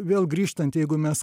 vėl grįžtant jeigu mes